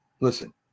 Listen